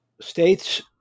states